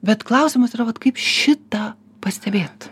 bet klausimas yra vat kaip šitą pastebėt